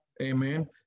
Amen